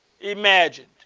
imagined